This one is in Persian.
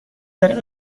طریق